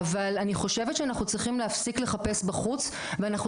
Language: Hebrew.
אבל אני חושבת שאנחנו צריכים להפסיק לחפש בחוץ ואנחנו